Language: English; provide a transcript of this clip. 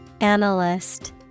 Analyst